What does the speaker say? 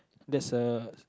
that's a